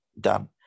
done